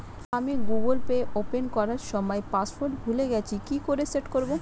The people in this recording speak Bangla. আমি গুগোল পে ওপেন করার সময় পাসওয়ার্ড ভুলে গেছি কি করে সেট করব?